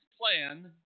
plan